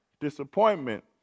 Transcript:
disappointment